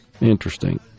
Interesting